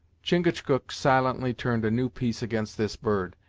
chingachgook silently turned a new piece against this bird,